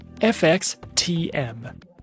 FXTM